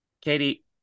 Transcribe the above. katie